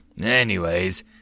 Anyways